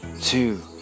two